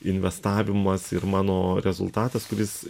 investavimas ir mano rezultatas kuris